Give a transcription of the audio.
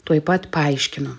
tuoj pat paaiškinu